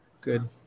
good